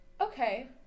Okay